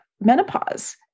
menopause